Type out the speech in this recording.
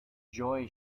joy